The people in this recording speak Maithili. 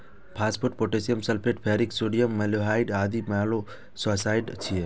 phosphate, potassium sulphate, ferric sodium, metaldehyde आदि मोलस्कसाइड्स छियै